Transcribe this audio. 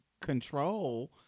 control